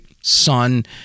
Sun